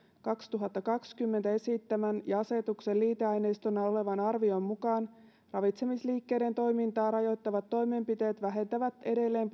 kaksituhattakaksikymmentä esittämän ja asetuksen liiteaineistona olevan arvion mukaan ravitsemisliikkeiden toimintaa rajoittavat toimenpiteet vähentävät edelleen